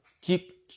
Keep